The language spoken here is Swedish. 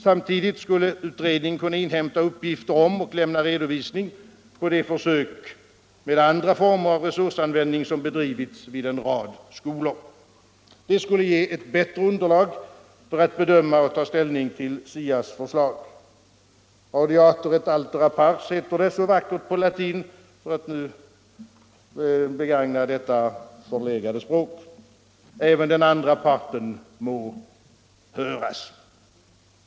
Samtidigt skulle utredningen kunna inhämta uppgifter om och lämna redovisning av de försök med andra former av resursanvändning som bedrivits vid en rad skolor. Det skulle ge ett bättre underlag för att bedöma och ta ställning till SIA:s förslag. Audiatur et altera pars, heter det så vackert på latin, för att nu begagna detta förlegade språk — även den andra parten må höras.